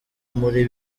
muri